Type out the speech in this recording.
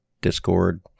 Discord